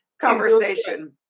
conversation